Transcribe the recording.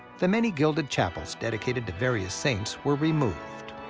the many gilded chapels dedicated to various saints were removed.